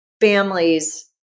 families